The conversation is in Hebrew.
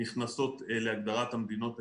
נכנסות להגדרת המדינות הירוקות.